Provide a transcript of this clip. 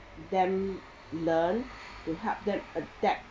them learn to help them adapt